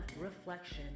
reflection